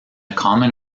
common